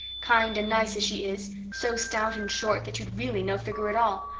kind and nice as she is, so stout and short that you'd really no figure at all?